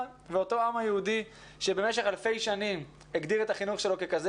ואותו העם היהודי שבמשך אלפי שנים הגדיר את החינוך שלו ככזה,